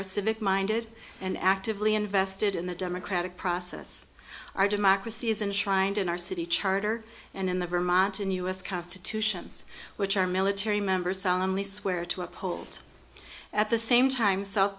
are civic minded and actively invested in the democratic process our democracy is in trying to in our city charter and in the vermont and u s constitutions which our military members only swear to uphold at the same time south